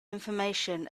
information